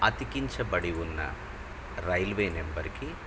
అతికించబడి ఉన్న రైల్వే నెంబర్కి